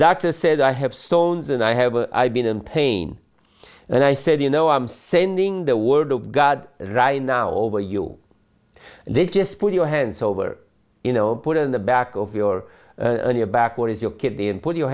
doctor said i have stones and i have been in pain and i said you know i'm sending the word of god right now over you they just put your hands over you know put it in the back of your on your back or is your kid and put your